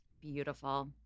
Beautiful